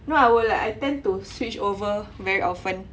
no I will like I tend to switch over very often